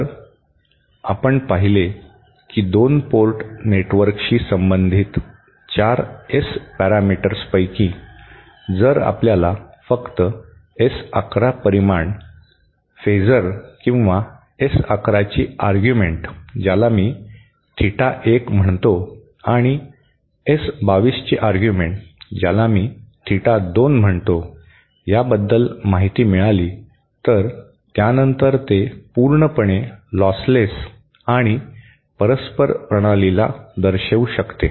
तर आपण पाहिले की 2 पोर्ट नेटवर्कशी संबंधित 4 एस पॅरामीटर्सपैकी जर आपल्याला फक्त एस 11 परिमाण फेजर किंवा एस 11 ची आर्ग्युमेंट ज्याला मी थिटा 1 म्हणतो आणि एस 22 ची आर्ग्युमेंट ज्याला मी थिटा 2 म्हणतो याबद्दल माहिती मिळाली तर त्यानंतर ते पूर्णपणे लॉसलेस आणि परस्पर प्रणालीला दर्शवू शकते